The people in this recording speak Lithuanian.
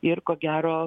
ir ko gero